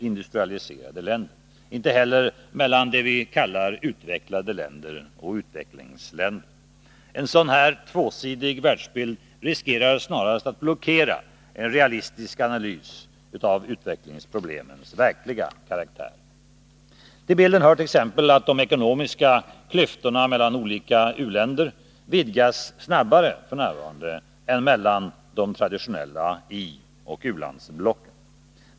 Ansträngningar måste göras för att finna arbetsformer som förenar principen om att alla länder måste ges inflytande med krav på realism och effektivitet i organisationernas arbete. Förutsättningarna för en framgångsrik samverkan är att alla länder känner sig delaktiga i utformningen och kan dra fördel av det internationella ekonomiska regelsystemet.